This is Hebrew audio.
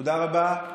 תודה רבה.